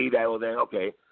Okay